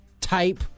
type